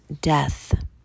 death